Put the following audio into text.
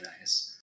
nice